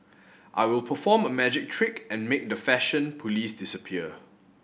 I will perform a magic trick and make the fashion police disappear